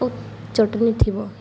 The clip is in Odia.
ଓ ଚଟଣି ଥିବ